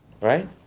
right